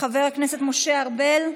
חבר הכנסת משה ארבל,